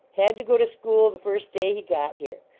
had to go to school the first day he got here.